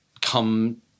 come